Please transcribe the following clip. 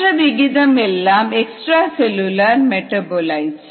மற்ற விகிதம் எல்லாம் எக்ஸ்ட்ரா செல்லுலார் மெடாபோலிட்ஸ்